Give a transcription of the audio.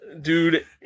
dude